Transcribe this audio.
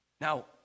Now